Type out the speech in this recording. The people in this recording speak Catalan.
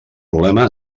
problema